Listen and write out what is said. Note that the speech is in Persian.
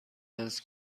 هست